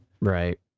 Right